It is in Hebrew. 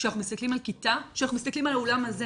כשאנחנו מסתכלים על האולם הזה,